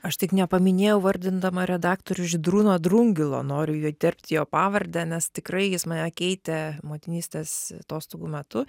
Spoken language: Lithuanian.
aš tik nepaminėjau vardindama redaktorių žydrūno drungilo noriu jo įtepti jo pavardę nes tikrai jis mane keitė motinystės atostogų metu